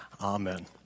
Amen